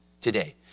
today